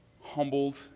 humbled